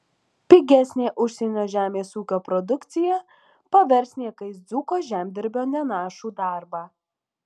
pigesnė užsienio žemės ūkio produkcija pavers niekais dzūko žemdirbio nenašų darbą